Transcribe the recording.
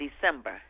December